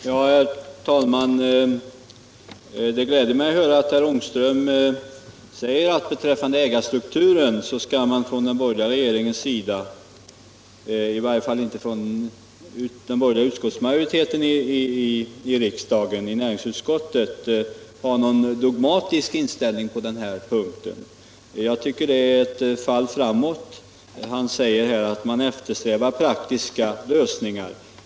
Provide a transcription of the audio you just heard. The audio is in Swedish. Herr talman! Det gladde mig att höra herr Ångström säga att beträffande ägarstrukturen skall inte den borgerliga regeringen, i varje fall inte den borgerliga majoriteten i näringsutskottet, ha någon dogmatisk inställning på den här punkten. Jag tycker att detta är ett fall framåt. Herr Ångström sade också att man eftersträvar praktiska lösningar.